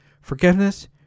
forgiveness